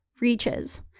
reaches